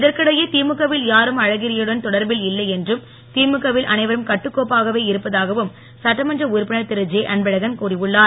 இதற்கிடையே திமுக வில் யாரும் அழகிரி யுடன் தொடர்பில் இல்லை என்றும் திமுக வில் அனைவரும் கட்டுக்கோப்பாகவே இருப்பதாகவும் சட்டமன்ற உறுப்பினர் திருஜேஅன்பழகன் கூறியுள்ளார்